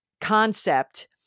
concept